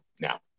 now